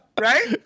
Right